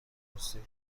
پرسید